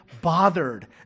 bothered